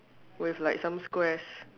with like some squares